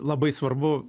labai svarbu